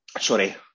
Sorry